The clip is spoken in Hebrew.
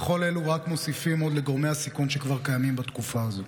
וכל אלו רק מוסיפים עוד לגורמי הסיכון שכבר קיימים בתקופה הזו.